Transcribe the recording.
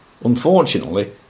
Unfortunately